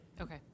Okay